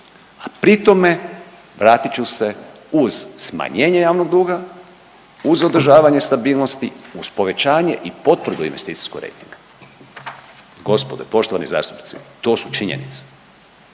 a pri tome, vratit ću se, uz smanjenje javnog duga, uz održavanje stabilnosti, uz povećanje i potvrdu investicijskog rejtinga. Gospodo, poštovani zastupnici, to su činjenice.